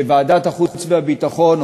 שוועדת החוץ והביטחון,